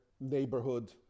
neighborhood